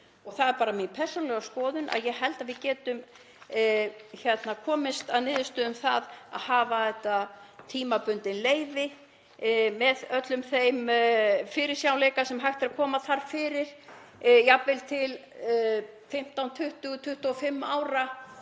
Það er bara mín persónulega skoðun að ég held að við getum komist að niðurstöðu um það að hafa tímabundin leyfi með öllum þeim fyrirsjáanleika sem hægt er að koma þar fyrir, jafnvel til 15, 20, 25 ára.